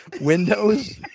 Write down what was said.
windows